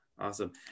awesome